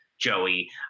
joey